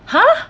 ha